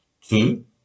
Two